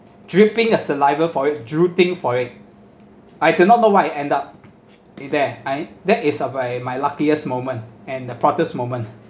dripping a saliva for it drooling for it I do not know what I end up there I that is of a my luckiest moment and the proudest moment